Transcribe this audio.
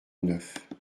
neuf